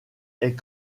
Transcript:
est